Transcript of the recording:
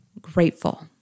grateful